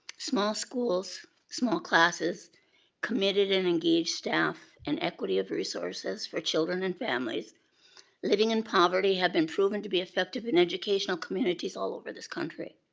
small schools small classes committed and engaged staff and equity of resources for children and families living in poverty have been proven to be effective in educational communities all over this country.